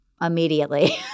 immediately